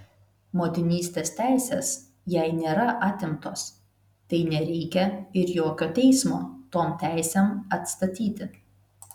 motinystės teisės jai nėra atimtos tai nereikia ir jokio teismo tom teisėm atstatyti